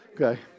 Okay